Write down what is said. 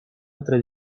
entre